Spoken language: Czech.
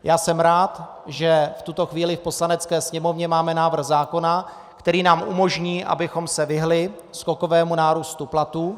Já jsem rád, že v tuto chvíli v Poslanecké sněmovně máme návrh zákona, který nám umožní, abychom se vyhnuli skokovému nárůstu platů.